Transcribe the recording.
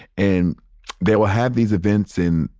and they will have these events in,